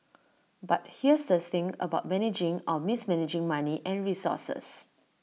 but here's the thing about managing or mismanaging money and resources